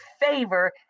favor